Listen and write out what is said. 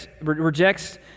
rejects